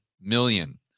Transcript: million